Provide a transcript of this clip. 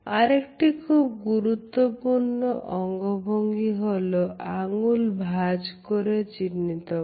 আরেকটি খুব গুরুত্বপূর্ণ অঙ্গ ভঙ্গি হল আঙ্গুল ভাজ করে চিহ্নিত করা